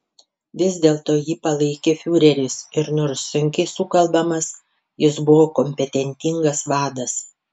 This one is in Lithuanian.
vis dėlto jį palaikė fiureris ir nors sunkiai sukalbamas jis buvo kompetentingas vadas